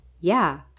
Yeah